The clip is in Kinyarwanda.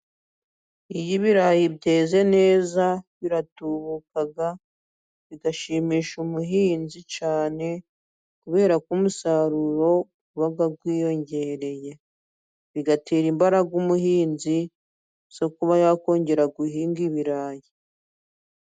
Iyo ibirayi byeze neza biratubuka bigashimisha umuhinzi cyane kubera ko umusaruro uba wiyongereye bigatera imbaraga umuhinzi zo kuba yakongera guhinga ibirayi.